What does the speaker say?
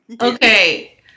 Okay